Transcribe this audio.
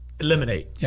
Eliminate